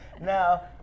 Now